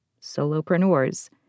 Solopreneurs